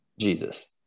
Jesus